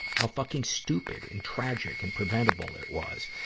how fucking stupid and tragic and preventable it was.